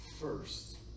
first